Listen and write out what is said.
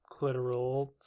clitoral